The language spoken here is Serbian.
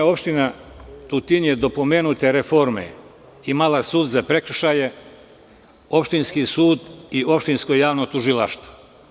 Opština Tutin je do pomenute reforme imala sud za prekršaje, opštinski sud i opštinsko javno tužilaštvo.